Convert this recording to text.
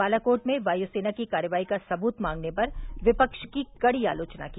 बालाकोट में वायुसेना की कार्रवाई का सबूत मांगने पर विपक्ष की कड़ी आलोचना की